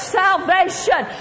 salvation